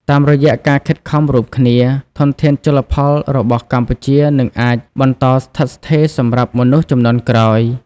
តាមរយៈការខិតខំរួមគ្នា ធនធានជលផលរបស់កម្ពុជានឹងអាច បន្តស្ថិតស្ថេរ សម្រាប់មនុស្សជំនាន់ក្រោយ។